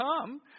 come